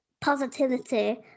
positivity